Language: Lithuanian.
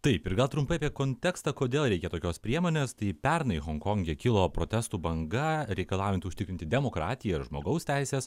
taip ir gal trumpai apie kontekstą kodėl reikia tokios priemonės tai pernai honkonge kilo protestų banga reikalaujanti užtikrinti demokratiją žmogaus teises